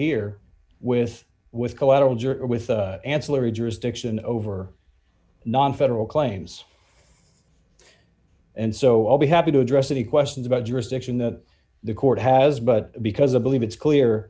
or with ancillary jurisdiction over nonfederal claims and so i'll be happy to address any questions about jurisdiction that the court has but because i believe it's clear